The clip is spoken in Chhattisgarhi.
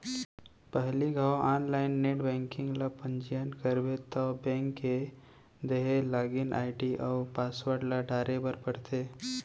पहिली घौं आनलाइन नेट बैंकिंग ल पंजीयन करबे तौ बेंक के देहे लागिन आईडी अउ पासवर्ड ल डारे बर परथे